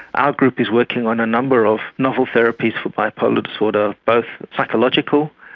our group is working on a number of novel therapies for bipolar disorder, both psychological,